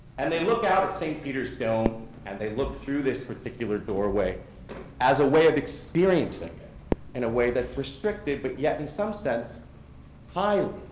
and they look out at saint peter's dome and they look through this particular doorway as a way of experiencing it in a way that's restricted but yet in some sense highly,